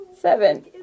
Seven